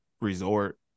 resort